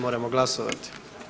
Moramo glasovati.